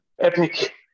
epic